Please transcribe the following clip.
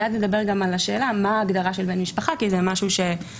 מיד נדבר גם על השאלה מה ההגדרה של בן משפחה כי זה משהו שרק